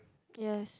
yes